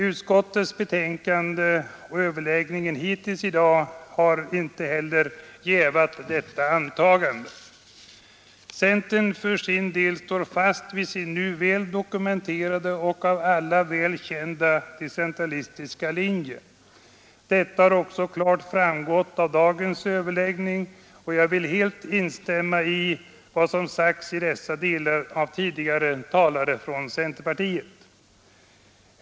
Utskottets betänkande och överläggningen hittills i dag har inte heller jävat detta antagande. Centerpartiet står för sin del fast vid sin väl dokumenterade och av alla väl kända decentralistiska linje. Detta har också klart framgått av dagens överläggning, och jag vill helt instämma i vad som sagts i dessa delar av tidigare talare från centerpartiet.